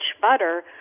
butter